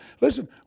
Listen